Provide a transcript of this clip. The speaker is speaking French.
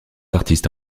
artistes